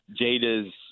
Jada's